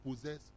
possess